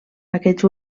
aquests